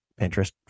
Pinterest